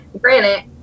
Granted